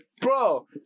bro